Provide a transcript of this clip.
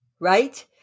Right